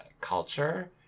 culture